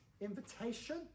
invitation